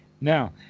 Now